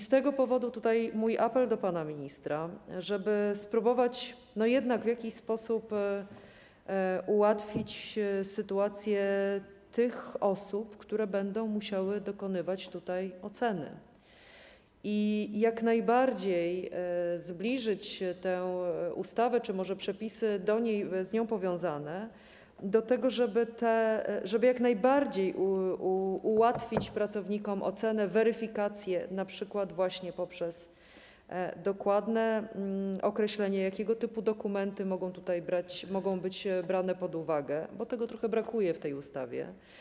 Z tego powodu mój apel do pana ministra, żeby spróbować jednak w jakiś sposób ułatwić sytuację osób, które będą musiały dokonywać oceny, i by jak najbardziej zbliżyć tę ustawę czy może przepisy z nią powiązane, do tego, żeby jak najbardziej ułatwić pracownikom ocenę, weryfikację np. właśnie poprzez dokładne określenie, jakiego typu dokumenty mogą być brane pod uwagę, bo tego trochę brakuje w tej ustawie.